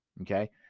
Okay